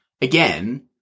again